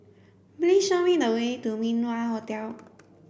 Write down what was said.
please show me the way to Min Wah Hotel